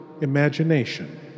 imagination